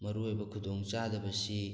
ꯃꯔꯨ ꯑꯣꯏꯕ ꯈꯨꯗꯣꯡ ꯆꯥꯗꯕꯁꯤ